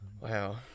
Wow